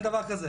אין דבר כזה.